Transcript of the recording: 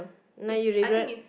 now you regret